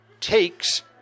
Takes